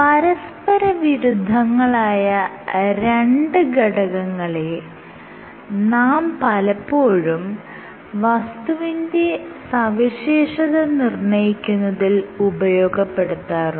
പരസ്പരവിരുദ്ധങ്ങളായ രണ്ട് ഘടകങ്ങളെ നാം പലപ്പോഴും വസ്തുവിന്റെ സവിശേഷത നിർണയിക്കുന്നതിൽ ഉപയോഗപ്പെടുത്താറുണ്ട്